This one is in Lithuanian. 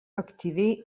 aktyviai